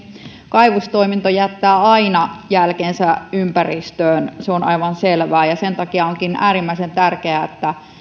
kaivostoiminta jättää aina jälkensä ympäristöön se on aivan selvää ja sen takia onkin äärimmäisen tärkeää että